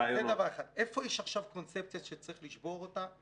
איפה יש עכשיו קונספציה שצריך לשבור אותה?